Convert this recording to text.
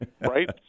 Right